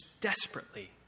desperately